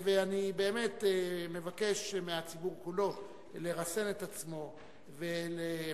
ואני באמת מבקש מהציבור כולו לרסן את עצמו ומבקש